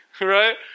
right